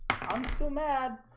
i'm still mad.